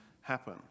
happen